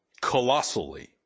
Colossally